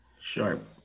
Sharp